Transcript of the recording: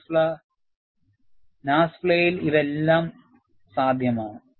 NASFLA ഇൽ ഇത് സാധ്യമാണ്